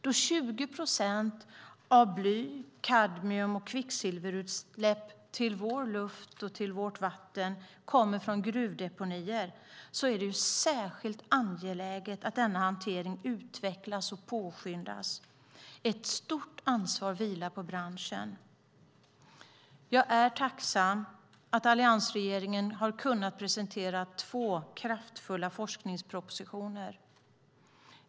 Då 20 procent av bly-, kadmium och kvicksilverutsläpp till luft och vatten kommer från gruvdeponier är det särskilt angeläget att denna hantering utvecklas och påskyndas. Ett stort ansvar vilar på branschen. Jag är tacksam att alliansregeringen har kunnat presentera två kraftfulla forskningspropositioner.